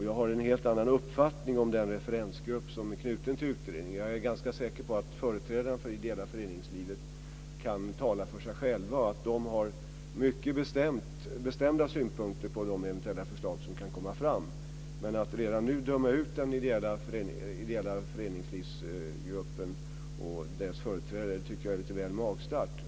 Jag har en helt annan uppfattning om den referensgrupp som är knuten till utredningen och är ganska säker på att företrädare för det ideella föreningslivet kan tala för sig själva och att de har mycket bestämda synpunkter på förslag som eventuellt kan komma fram. Att redan nu döma ut gruppen som utreder det ideella föreningslivet och dess företrädare tycker jag är lite väl magstarkt.